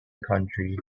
country